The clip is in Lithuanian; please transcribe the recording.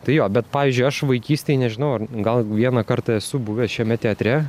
tai jo bet pavyzdžiui aš vaikystėj nežinau ar gal vieną kartą esu buvęs šiame teatre